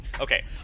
Okay